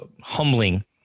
humbling